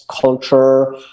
culture